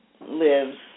lives